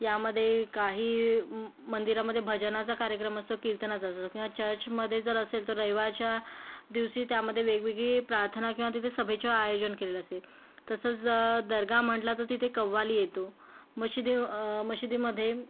यामध्ये काही मंदिरांमध्ये भजनाचा कार्यक्रम असतो कीर्तनाचा असतो किंवा चर्चमधे जर असेल तर रविवारच्या दिवशी त्यामध्ये वेगवेगळे प्रार्थना किंवा तिथे सभेचे आयोजन केलेले असते तसंच दर्गा म्हटलं तर तिथे कव्वाली येतो मशिदी मशिदीमध्ये